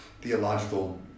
theological